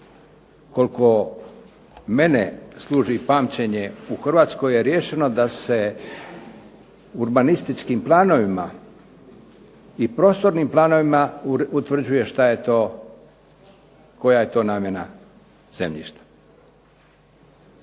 Koliko mene služi pamćenje u Hrvatskoj je riješeno da se urbanističkim planovima i prostornim planova utvrđuje šta je to, koja je to namjena zemljišta.